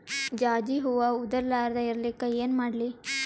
ಜಾಜಿ ಹೂವ ಉದರ್ ಲಾರದ ಇರಲಿಕ್ಕಿ ಏನ ಮಾಡ್ಲಿ?